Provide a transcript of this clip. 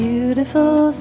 Beautiful